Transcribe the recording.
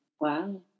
wow